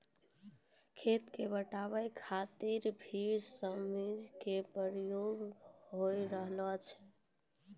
खेत क पटावै खातिर भी मसीन केरो प्रयोग होय रहलो छै